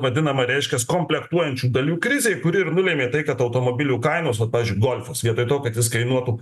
vadinama reiškias komplektuojančių dalių krizė kuri ir nulėmė tai kad automobilių kainos vat pavyz golfas vietoj to kad jis kainuotų